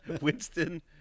Winston